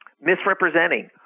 misrepresenting